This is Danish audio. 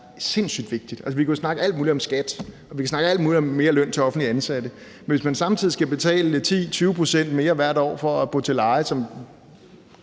sindssyg vigtigt. Vi kunne snakke alt muligt om skat, vi kan snakke om alt muligt med mere løn til offentligt ansatte, men hvis man samtidig skal betale 10 eller 20 pct. mere hvert år for at bo til leje, som